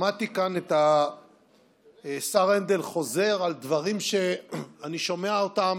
שמעתי כאן את השר הנדל חוזר על דברים שאני שומע אותם